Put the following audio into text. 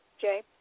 Jay